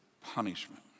punishment